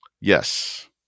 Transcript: Yes